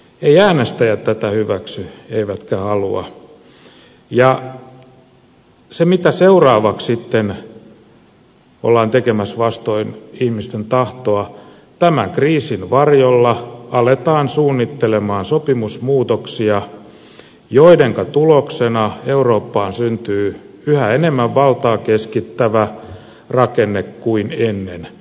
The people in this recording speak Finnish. eivät äänestäjät tätä hyväksy eivätkä halua ja se mitä seuraavaksi sitten ollaan tekemässä vastoin ihmisten tahtoa on se että tämän kriisin varjolla aletaan suunnittelemaan sopimusmuutoksia joidenka tuloksena eurooppaan syntyy enemmän valtaa keskittävä rakenne kuin ennen